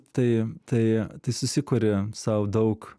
tai tai tai susikuri sau daug